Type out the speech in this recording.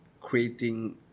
Creating